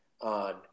on